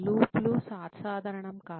లూప్లు అసాధారణం కాదు